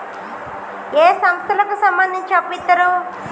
ఏ సంస్థలకు సంబంధించి అప్పు ఇత్తరు?